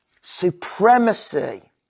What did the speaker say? supremacy